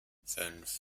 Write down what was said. fünf